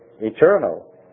eternal